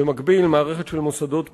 ובמקביל מערכת של מוסדות פרטיים.